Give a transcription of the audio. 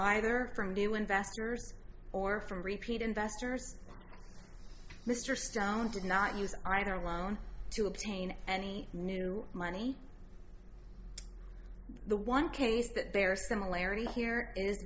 either from new investors or from repeat investors mr stone did not use either loan to obtain any new money the one case that bears similarity